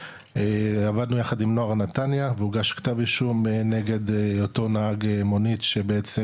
עבדנו יחד עם נוער נתניה והוגש כתב אישום נגד אותו נהג מונית שבעצם,